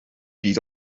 byd